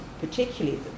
particularly